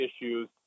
issues